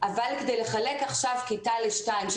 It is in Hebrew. אבל כדי לחלק עכשיו כיתה לשתיים,